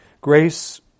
Grace